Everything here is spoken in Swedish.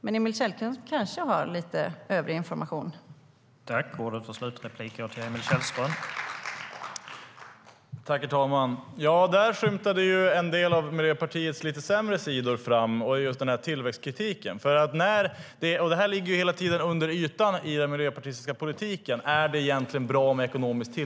Men Emil Källström kanske har lite övrig information.